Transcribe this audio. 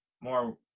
more